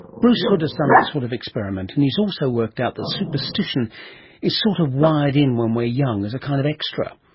bruce hood has done that sort of experiment and he's also worked out that superstition is sort of wired in when we're young as a kind of extra.